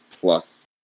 plus